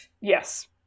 Yes